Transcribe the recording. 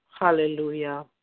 hallelujah